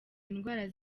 indwara